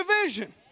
division